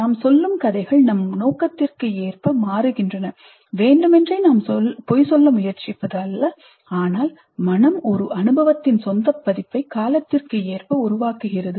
நாம் சொல்லும் கதைகள் நம் நோக்கத்திற்கு ஏற்ப மாறுகின்றன வேண்டுமென்றே நாம் பொய் சொல்ல முயற்சிப்பது அல்ல ஆனால் மனம் ஒரு அனுபவத்தின் சொந்த பதிப்பை காலத்திற்கு ஏற்ப உருவாக்குகிறது